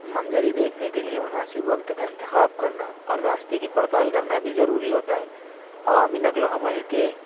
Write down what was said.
منظری دیکھنے کے لیے مناسب وقت کا انتخاب کرنا اور راستے کی پڑتال کرنا بھی ضروری ہوتا ہے عوامی نقل و حمل کے